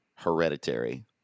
Hereditary